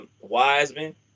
Wiseman